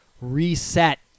reset